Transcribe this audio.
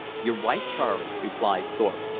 you're right, charley, replied thorpe,